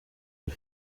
und